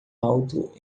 alto